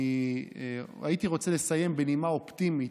אני הייתי רוצה לסיים בנימה אופטימית.